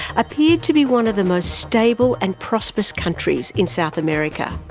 appeared to be one of the most stable and prosperous countries in south america.